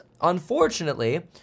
unfortunately